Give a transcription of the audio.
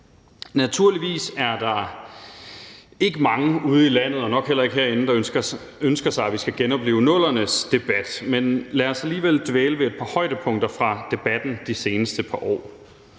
Naturligvis er der ikke mange ude i landet og nok heller ikke herinde, der ønsker sig, at vi skal genoplive 00'ernes debat, men lad os alligevel dvæle ved et par højdepunkter fra debatten de seneste par år.